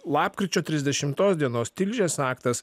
lapkričio trisdešimtos dienos tilžės aktas